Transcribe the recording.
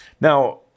Now